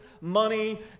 money